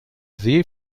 see